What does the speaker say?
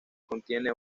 contiene